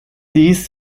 dies